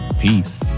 peace